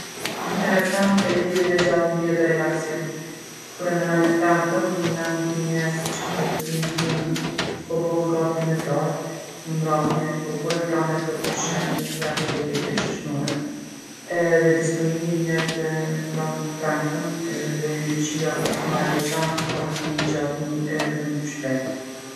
Ditën e premte e lidhi me gjallni edhe relaksim. Kur e menoj t'premtën në men m'vijnë njerzt që po e kryjnë punën, po bohen gati me dalë n'mramje, po bojin plane për pushim ose aktivitete shoqnore. Edhe disponimi i njerzve ndrron t'premtën edhe energjia osht ma e veçantë, ka ni gjallni edhe n'qytet.